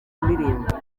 indirimbo